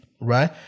right